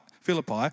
Philippi